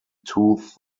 tooth